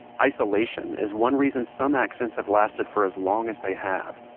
isolation is one reason some accents have lasted for as long as they have.